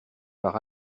par